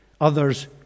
others